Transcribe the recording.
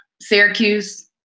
Syracuse